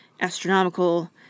astronomical